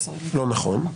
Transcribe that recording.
לא נכון.